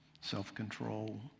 self-control